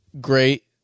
great